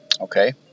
Okay